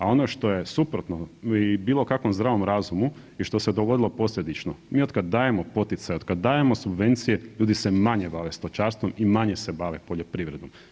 A ono što je suprotno i bilo kakvom zdravom razumu je što se dogodilo posljedično, mi otkad dajemo poticaje, otkad dajemo subvencije, ljudi se manje bave stočarstvom i manje se bave poljoprivredom.